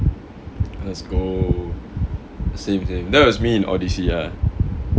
let's go same same that was me in odyssey ah